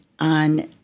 on